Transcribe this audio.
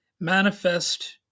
Manifest